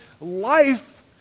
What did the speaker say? life